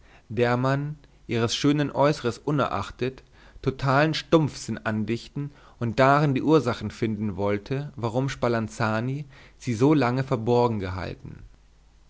der man ihres schönen äußern unerachtet totalen stumpfsinn andichten und darin die ursache finden wollte warum spalanzani sie so lange verborgen gehalten